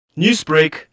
Newsbreak